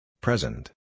Present